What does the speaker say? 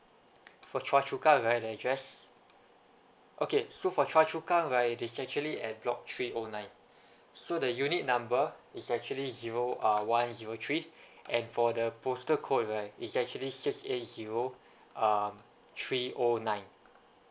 for choa chu kang right the address okay so for choa chu kang right it is actually at block three O nine so the unit number is actually zero uh one zero three and for the postal code right is actually six eight zero um three O nine